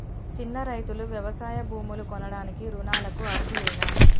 చిన్న రైతులు వ్యవసాయ భూములు కొనడానికి రుణాలకు అర్హులేనా?